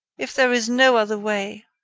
if there is no other way,